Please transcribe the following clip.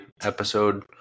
episode